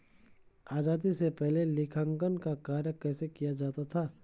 आजादी से पहले लेखांकन का कार्य कैसे किया जाता था?